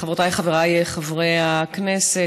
חברותיי וחבריי חברי הכנסת,